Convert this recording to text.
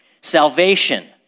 salvation